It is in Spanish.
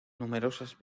numerosas